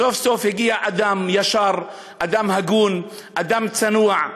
סוף-סוף הגיע אדם ישר, אדם הגון, אדם צנוע,